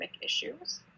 issues